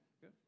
Good